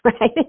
right